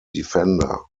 defender